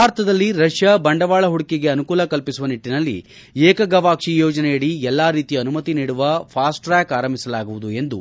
ಭಾರತದಲ್ಲಿ ರಷ್ಯಾ ಬಂಡವಾಳ ಹೂಡಿಕೆಗೆ ಅನುಕೂಲ ಕಲ್ಪಿಸುವ ನಿಟ್ಟಿನಲ್ಲಿ ಕುರಿತಂತೆ ಏಕಗವಾಕ್ಷಿ ಯೋಜನೆಯಡಿ ಎಲ್ಲ ರೀತಿಯ ಅನುಮತಿ ನೀಡುವ ಫಾಸ್ಟ್ರ್ಯಾಕ್ ಆರಂಭಿಸಲಾಗುವುದು ಎಂದು